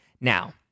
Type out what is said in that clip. now